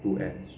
two ends